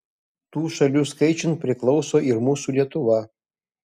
tų šalių skaičiun priklauso ir mūsų lietuva